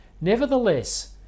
Nevertheless